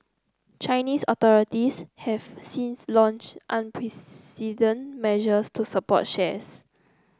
Chinese authorities have since launched unprecedented measures to support shares